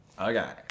Okay